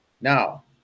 Now